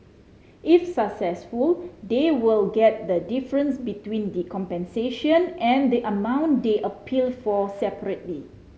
if successful they will get the difference between the compensation and the amount they appealed for separately